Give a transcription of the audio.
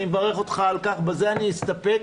אני מברך אותך על כך, בזה אני אסתפק.